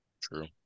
True